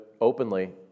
openly